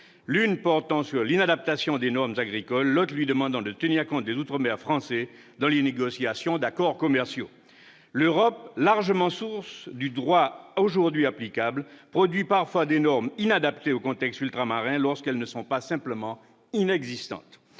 l'une portant sur l'inadaptation des normes agricoles, l'autre lui demandant de tenir compte des outre-mer français dans les négociations d'accords commerciaux. L'Europe, largement source du droit aujourd'hui applicable, produit parfois des normes inadaptées aux contextes ultramarins, lorsqu'elles ne sont pas simplement inexistantes.